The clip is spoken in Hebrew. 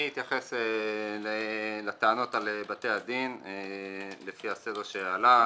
אני אתייחס לטענות על בתי הדין לפי הסדר שעלה.